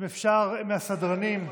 אם אפשר, סדרנים,